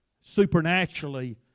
supernaturally